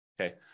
okay